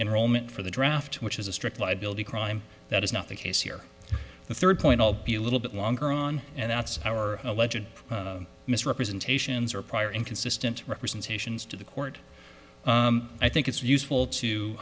enrollment for the draft which is a strict liability crime that is not the case here the third point i'll be a little bit longer on and that's our alleged misrepresentations or prior inconsistent representations to the court i think it's useful to